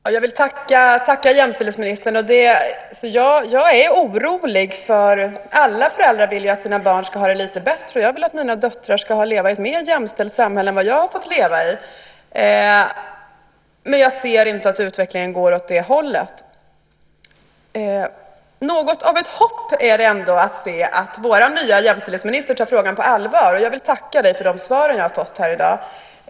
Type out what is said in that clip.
Herr talman! Jag vill tacka jämställdhetsministern. Jag är orolig. Alla föräldrar vill ju att deras barn ska få det lite bättre, och jag vill att mina döttrar ska leva i ett mer jämställt samhälle än det som jag har fått leva i. Men jag ser inte att utvecklingen går åt det hållet. Något av ett hopp är det ändå att se att vår nya jämställdhetsminister tar frågan på allvar. Jag vill tacka dig för de svar som jag har fått här i dag.